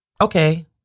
okay